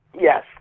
Yes